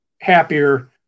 happier